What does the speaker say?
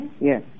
Yes